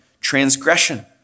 transgression